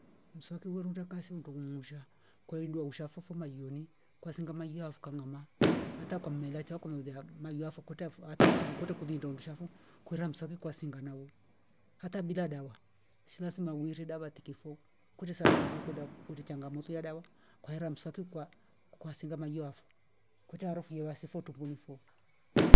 Mswaki wondo kasi undungusha kwaidua ushafofo maiyoni kwasinga maiya fu'kangama hata kwa mmela chako lolia ahm maiyafo kwetafo hatafo tukute kulindungusha kwera msaki kwa singana wo hata bila dawa shi lazima uwire dawa tikifo kute sasirwo kwenda kuri changamoto ya dawa kwa hera mswaki kwa- kwasinga maiyafo kweta harufu yeyawa sifoto kungu nifo